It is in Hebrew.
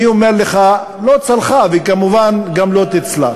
אני אומר לך, לא צלחה וכמובן גם לא תצלח.